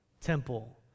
temple